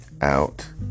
out